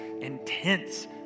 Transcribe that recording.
intense